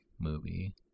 movie